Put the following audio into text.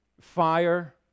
fire